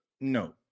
no